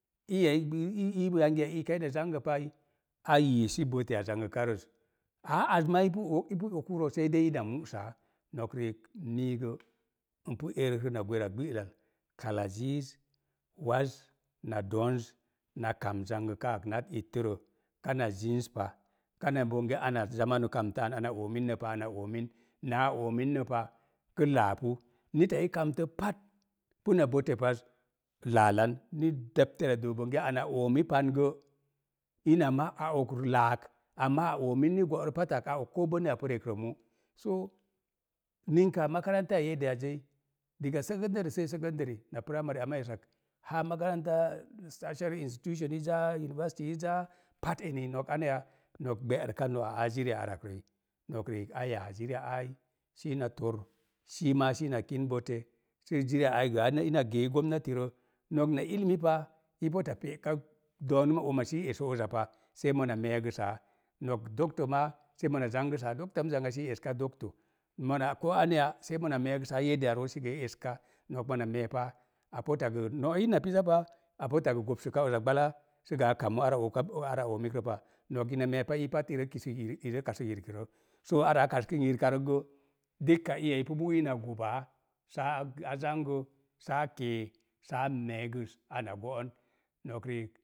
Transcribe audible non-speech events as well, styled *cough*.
Iyai *hesitation* yangi ya iikoo kaina zangəpa ai, a yiisi *unintelligible* zangəka rəz, aa az maa ipu o ipu okurə, sei dei ma mu'saa. Nok riik, mii gə, npu erəkrə na gwera gbe'lal, *unintelligible* ziiz, waz na doonz na kam zangəkaak nat ittərə. Kana zinspa, kana bonge ana zamamu kamtə an, ana oomin nə pa ana oomin. Naa oomin nəpa kə laapu, nita i kamtət pat puna *unintelligible* pat, laalan, ni *unintelligible* doo bonge ana oomi pan gə, ina ma’ a ok laak, amaa a oomin nigo'rə pat a ok ko bonya pu rekro mu'. Ninka makarantai a *unintelligible* na primary amaa esak *unintelligible* i zaa pat eni nok aniya, gbe'rəka no'a aa ziri arak rəi. Nok riik a yaa ziria ai sii na tor, ii maa sii na kin *unintelligible* sə ziri a ai gə ina geei gomnati rə. Nok na ilimi pa, i *unintelligible* pe'ka doonəm oma sii eso uza pa sai mona meegəsaa, nok maa sai mona zangəsaa doktaani sii eska dokto. Mona, ko aneya sai mona, meegəsaa *unintelligible* rooz sii gə i eska, nok mona meepa, a *unintelligible* no'ina pisapa, a *unintelligible* gobsəka uza gə gbala sə gəa kamu ara ooka ara oomik rəpa, nok ina meepa ii pat, i rea kisək ire kasək yirəkrə roo. Soo ara a kaskən yirka rək gə, dukka iya i pu mu'ui na gobaa saa zangə, saa kee, saa meegas ana go'on